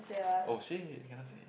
!oh shit! cannot say